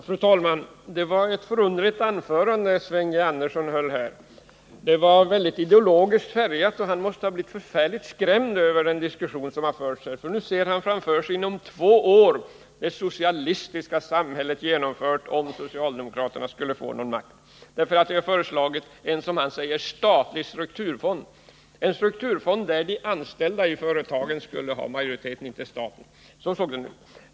Fru talman! Det var ett förunderligt anförande Sven G. Andersson höll. Det var väldigt ideologiskt färgat. Han måste ha blivit förfärligt skrämd över den diskussion som har förts här. Nu ser han framför sig det socialistiska samhället genomföras inom två år, om socialdemokraterna skulle få någon makt, därför att vi har föreslagit en, som han säger, statlig strukturfond — en strukturfond där de anställda i företagen skulle ha majoriteten, inte staten. Så såg den ut.